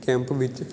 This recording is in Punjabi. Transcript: ਕੈਂਪ ਵਿੱਚ